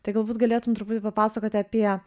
tai galbūt galėtum truputį papasakoti apie